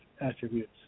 attributes